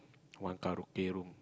one karaoke room